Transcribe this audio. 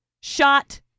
shot